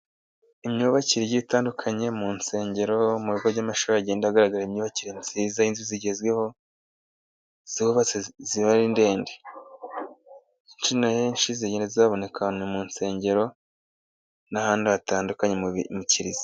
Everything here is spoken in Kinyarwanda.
Imyubakire igiye itandukanye mu nsengero, mu bigo by'amashuri hagenda hagaragara imyubakire nziza y'inzu zigezweho, zubatse ziba ari ndende. Zino ahenshi zigenda zihaboneka mu nsengero n'ahandi hatandukanye mu kiliziya.